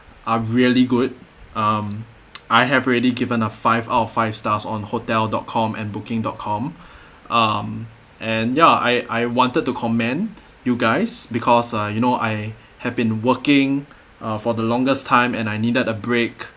are really good um I have already given a five out of five stars on hotel dot com and booking dot com um and ya I I wanted to commend you guys because uh you know I have been working for uh the longest time and I needed a break